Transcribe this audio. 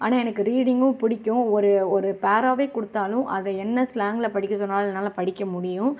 ஆனால் எனக்கு ரீடிங்கும் பிடிக்கும் ஒரு ஒரு பாராவே கொடுத்தாலும் அதை என்ன ஸ்லாங்க்ல படிக்க சொன்னாலும் என்னால் படிக்க முடியும்